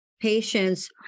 patients